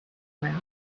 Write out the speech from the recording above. mouth